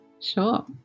Sure